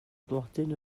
blodyn